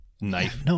knife